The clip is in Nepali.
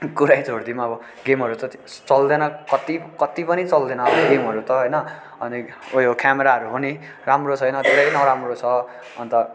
कुरै छोडिदिउँ अब गेमहरू चल्दैन कति कति पनि चल्दैन अब गेमहरू त होइन अनि उयो क्यामेराहरू पनि राम्रो छैन धेरै नराम्रो छ अन्त